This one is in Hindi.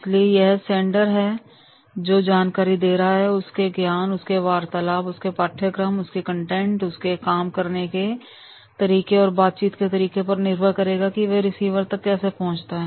इसलिए यह सेंडर है जो जानकारी दे रहा है उसके ज्ञान उसके वार्तालाप उसके पाठ्यक्रम उसके कंटेंट उसके काम करने के तरीके और बातचीत के तरीके पर निर्भर करेगा कि वह कैसे रिसीवर तक बात पहुंचाता है